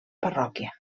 parròquia